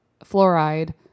fluoride